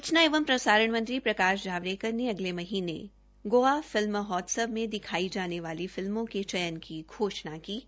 सूचना एवं प्रसारण मंत्री प्रकाश जावड़ेकर ने अगले महीने गोआ फिल्म महोत्सव में दिखाई जाने वाली फिल्मों के चयन की घोषणा की है